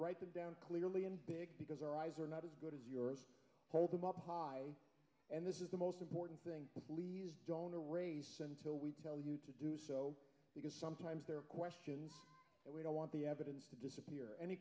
them down clearly in big because our eyes are not as good as yours hold them up high and this is the most important thing bees don't a race until we tell you to do so because sometimes there are questions and we don't want the evidence to disappear any